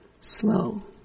slow